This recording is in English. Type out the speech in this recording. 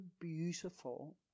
beautiful